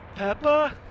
Peppa